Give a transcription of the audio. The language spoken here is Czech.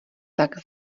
tak